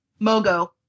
mogo